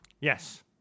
Yes